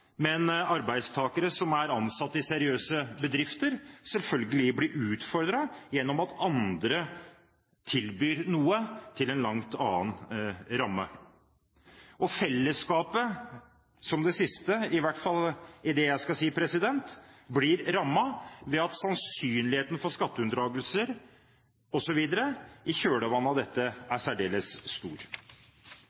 gjennom at andre tilbyr noe til en helt annen ramme. Fellesskapet – som det siste, i hvert fall i det jeg skal si – blir rammet ved at sannsynligheten for skatteunndragelser osv. i kjølvannet av dette